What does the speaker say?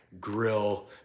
grill